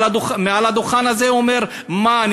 מעל הדוכן הזה אומר: מה,